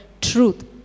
truth